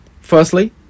Firstly